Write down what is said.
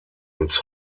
uns